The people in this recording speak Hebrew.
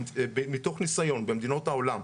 מתוך ניסיון במדינות העולם,